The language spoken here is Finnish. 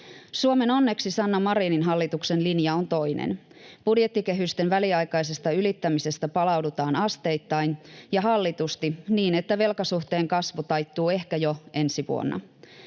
Suomen onneksi Sanna Marinin hallituksen linja on toinen. Budjettikehysten väliaikaisesta ylittämisestä palaudutaan asteittain ja hallitusti, niin että velkasuhteen kasvu taittuu ehkä jo ensi vuonna.